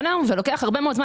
לוקח הרבה מאוד זמן,